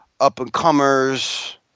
up-and-comers